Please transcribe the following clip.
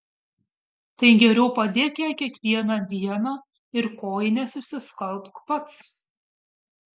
tai geriau padėk jai kiekvieną dieną ir kojines išsiskalbk pats